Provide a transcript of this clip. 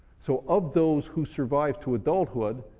so of those who survived to adulthood,